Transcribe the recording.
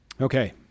Okay